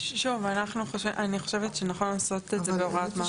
שוב, אני חושבת שנכון לעשות את זה בהוראת מעבר.